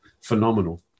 phenomenal